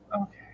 Okay